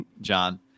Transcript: John